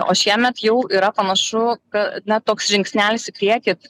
o šiemet jau yra panašu ka na toks žingsnelis į priekį